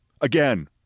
Again